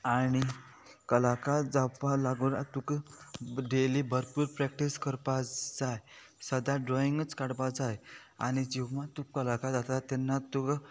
आनी कलाकार जावपा लागून तुका डेली भरपूर प्रॅक्टीस करपाक जाय सदां ड्रॉइंगूच काडपा जाय आनी जेहां तुका कलाकार जाता तेन्ना तुका